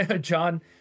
John